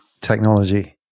technology